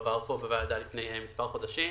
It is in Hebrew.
שעבר כאן לפני מספר חודשים.